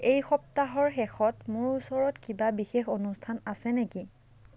এই সপ্তাহৰ শেষত মোৰ ওচৰত কিবা বিশেষ অনুষ্ঠান আছে নেকি